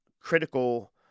critical